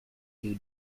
two